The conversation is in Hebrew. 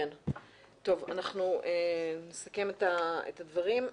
טוב, אנחנו נסכם את הדברים.